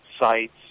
sites